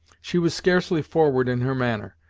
she was scarcely forward in her manner,